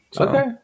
okay